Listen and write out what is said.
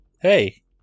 Hey